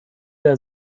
der